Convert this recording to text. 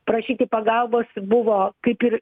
prašyti pagalbos buvo kaip ir